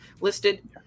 listed